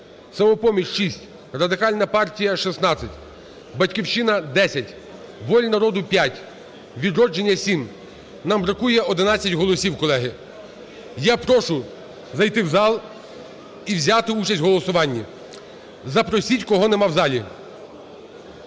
"Самопоміч" – 6, Радикальна партія – 16, "Батьківщина" – 10, "Воля народу" – 5, "Відродження" – 7. Нам бракує 11 голосів, колеги. Я прошу зайти в зал і взяти участь у голосуванні. Запросіть, кого нема в залі.